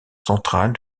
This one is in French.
centrale